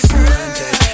Sunday